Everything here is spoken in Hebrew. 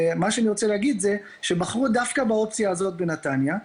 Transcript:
בחרו דווקא באופציה הזאת בנתניה,